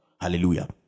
Hallelujah